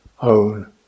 own